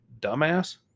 dumbass